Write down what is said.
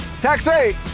Taxi